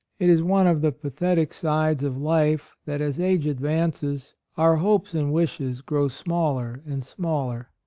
it is one of the pathetic sides of life that as age advances, our hopes and wishes grow smaller and smaller.